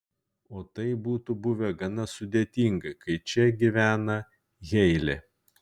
o tai būtų buvę gana sudėtinga kai čia gyvena heilė